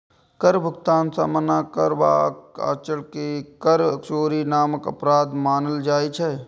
कर भुगतान सं मना करबाक आचरण कें कर चोरी नामक अपराध मानल जाइ छै